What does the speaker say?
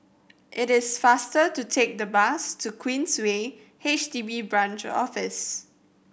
it is faster to take the bus to Queensway H D B Branch Office